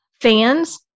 fans